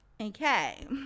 okay